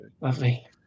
Lovely